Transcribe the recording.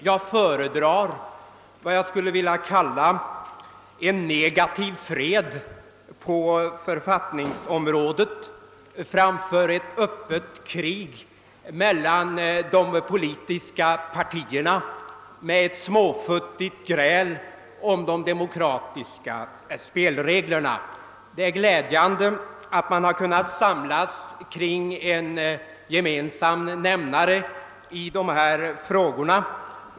Jag föredrar vad jag skulle vilja kalla en negativ fred på författningsområdet framför ett öppet krig mellan de politiska partierna med ett småfuttigt gräl om de demokratiska spelreglerna. Det är glädjande att man har kunnat samlas kring en gemensam nämnare i de här frågorna.